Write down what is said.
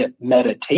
meditation